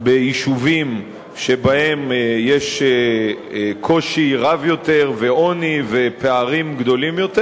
ביישובים שבהם יש קושי רב יותר ועוני ופערים גדולים יותר,